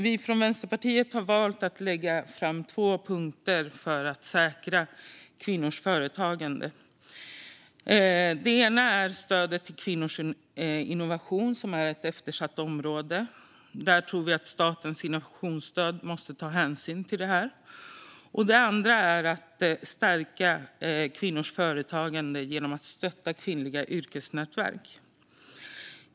Vi från Vänsterpartiet har valt att lägga fram två punkter för att säkra kvinnors företagande. Den ena handlar om att stödet till kvinnors innovation, som är ett eftersatt område. Vi tror att statens innovationsstöd måste ta hänsyn till det här. Den andra handlar om att stärka kvinnors företagande genom att stötta kvinnliga yrkesnätverk.